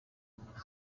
burundu